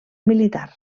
militar